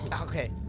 okay